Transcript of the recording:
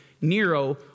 Nero